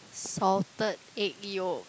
salted egg yolk